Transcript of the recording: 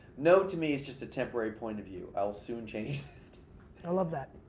no to me is just a temporary point of view. i'll soon change that. i love that.